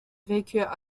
vécurent